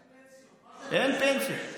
יואל, אין פנסיה במשק.